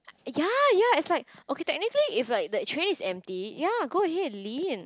ya ya is like okay technically if like the train is empty ya go ahead lean